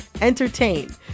entertain